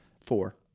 four